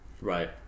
Right